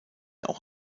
auch